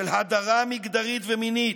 של הדרה מגדרית ומינית,